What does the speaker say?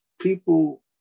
people